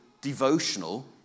devotional